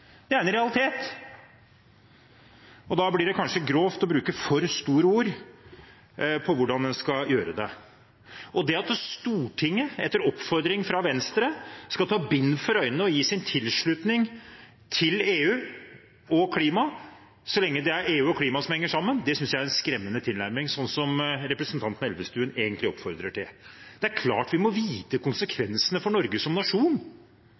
Det er en realitet. Da blir det kanskje grovt å bruke for store ord om hvordan en skal gjøre det. Det at Stortinget etter oppfordring fra Venstre skal ta bind for øynene og gi sin tilslutning til EU og klima, så lenge det er EU og klima som henger sammen, det synes jeg er en skremmende tilnærming, som representanten Elvestuen egentlig oppfordrer til. Det er klart vi må vite konsekvensene for Norge som nasjon.